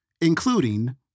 including